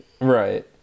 Right